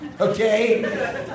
Okay